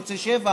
יוצא שבע.